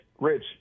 Rich